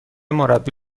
مربی